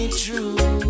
true